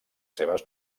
seves